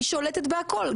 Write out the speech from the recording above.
היא שולטת בהכל,